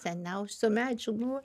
seniausių medžių buvo